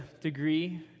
degree